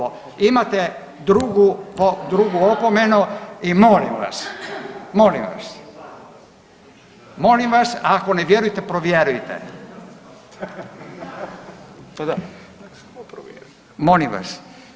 Imate drugu, drugu opomenu i molim vas, molim vas, molim vas ako ne vjerujete provjerite, molim vas.